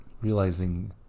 realizing